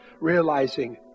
realizing